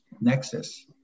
Nexus